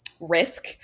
Risk